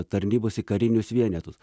tarnybos į karinius vienetus